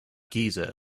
giza